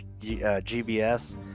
GBS